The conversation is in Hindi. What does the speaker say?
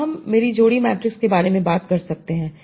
अब हम मेरी जोड़ी मैट्रिक्स के बारे में बात कर सकते हैं